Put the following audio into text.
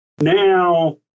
Now